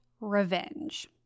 revenge